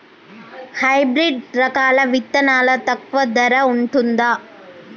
Hybrid రకాల విత్తనాలు తక్కువ ధర ఉంటుందా?